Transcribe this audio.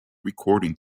recording